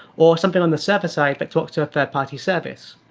or something on the server side that talks to a third party service.